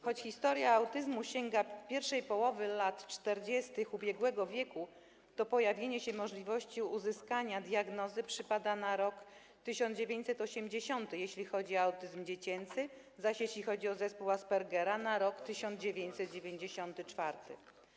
Choć historia autyzmu sięga pierwszej połowy lat 40. ubiegłego wieku, to pojawienie się możliwości uzyskania diagnozy przypada na rok 1980, jeśli chodzi o autyzm dziecięcy, zaś jeśli chodzi o zespół Aspergera - na rok 1994.